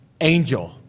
angel